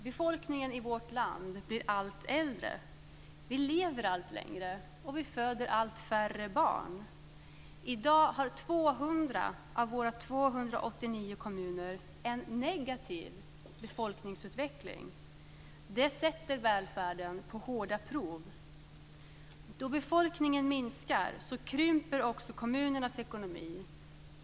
Befolkningen i vårt land blir allt äldre. Vi lever allt längre, och vi föder allt färre barn. I dag har 200 av våra 289 kommuner en negativ befolkningsutveckling. Det sätter välfärden på hårda prov. Då befolkningen minskar krymper också kommunernas ekonomi.